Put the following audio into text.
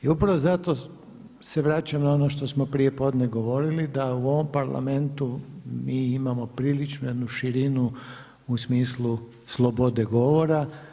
I upravo zato se vraćam na ono što smo prijepodne govorili da je u ovom Parlamentu mi imamo prilično jednu širinu u smislu slobode govora.